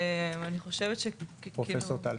אני חושבת כאילו --- פרופ' טל.